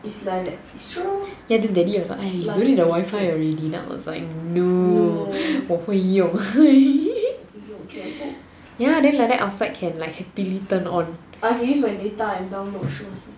it's like that it's true ya daddy was like you don't need the wifi already lah I was like no 我不会用 ya then like that outside can like happily turn on